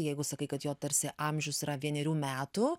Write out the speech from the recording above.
jeigu sakai kad jo tarsi amžius yra vienerių metų